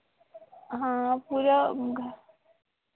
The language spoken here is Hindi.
हाँ पूरा घर